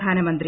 പ്രധാനമന്ത്രി